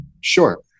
Sure